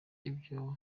ibyo